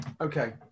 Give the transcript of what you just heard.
Okay